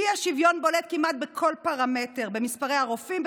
האי-שוויון בולט כמעט בכל פרמטר: במספרי הרופאים,